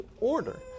order